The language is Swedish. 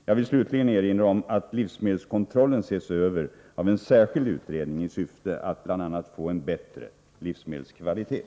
Jag vill slutligen erinra om att livsmedelskontrollen ses över av en särskild utredning i syfte att bl.a. få en bättre livsmedelskvalitet.